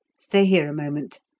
stay here a moment.